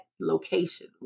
location